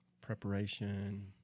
Preparation